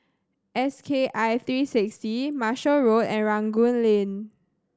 S K I three sixty Marshall Road and Rangoon Lane